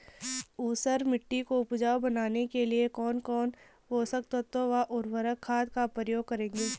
ऊसर मिट्टी को उपजाऊ बनाने के लिए कौन कौन पोषक तत्वों व उर्वरक खाद का उपयोग करेंगे?